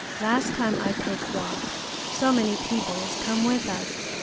last time i take walk so many peoples come with us.